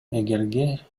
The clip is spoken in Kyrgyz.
эгерде